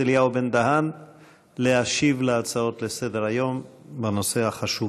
אליהו בן-דהן להשיב על הצעות החוק בנושא חשוב